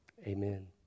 Amen